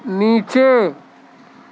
نیچے